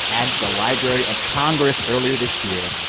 and to the library of congress earlier this year.